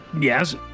Yes